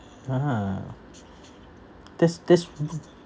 !huh! that's that's